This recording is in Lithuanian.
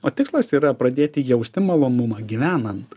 o tikslas yra pradėti jausti malonumą gyvenant